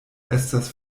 estas